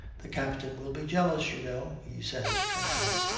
the captain will be jealous, you know he says, twinkling.